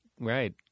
right